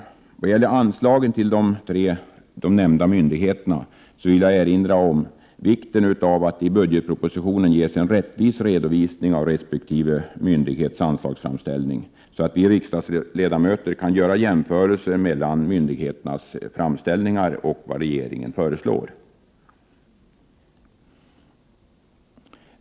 I vad gäller anslagen till de nämnda myndigheterna vill jag erinra om vikten av att det i budgetpropositionen ges en rättvis redovisning av resp. myndighets anslagsframställning, så att vi riksdagsledamöter kan göra jämförelser mellan myndigheternas framställningar och vad regeringen föreslår.